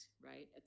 right